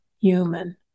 human